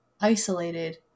isolated